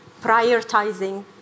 prioritizing